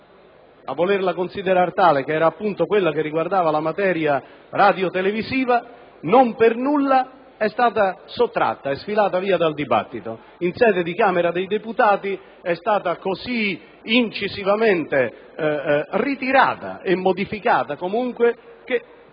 a volerla considerare tale - che era appunto quella riguardante la materia radiotelevisiva, non per nulla è stata sottratta, è sfilata via dal dibattito. In sede di Camera dei deputati è stata così incisivamente ritirata e comunque